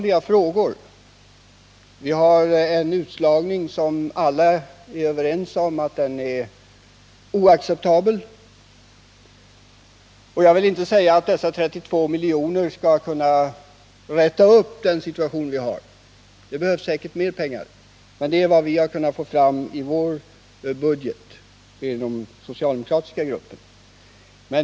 Vi har genom alkoholen fått en utslagning som alla är överens om är oacceptabel. Jag vill inte säga att satsningen på 32 miljoner kronor för nästa år skall kunna rätta till den situation vi har — det behövs säkert mer pengar för det — men detta är vad vi inom den socialdemokratiska gruppen har kunnat få rum med i vårt budgetförslag.